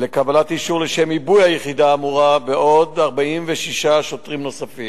לקבלת אישור לשם עיבוי היחידה האמורה ב-46 שוטרים נוספים.